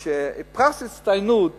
החלטתי שפרס ההצטיינות